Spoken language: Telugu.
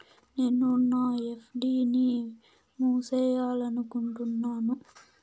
నేను నా ఎఫ్.డి ని మూసేయాలనుకుంటున్నాను